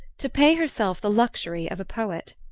to pay herself the luxury of a poet.